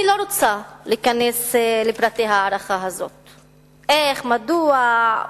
אני לא רוצה להיכנס לפרטי ההערכה הזאת איך, מדוע,